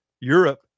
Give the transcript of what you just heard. Europe